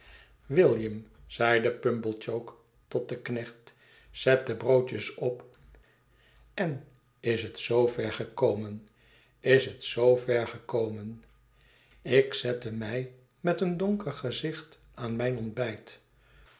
william zeide pumblechook tot den knecht zet de broodjes op en is het zoo ver gekomen is het zoo ver gekomen ik zette mij met een donker gezicht aan mijn ontbijt